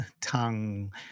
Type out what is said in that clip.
tongue